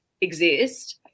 exist